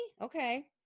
Okay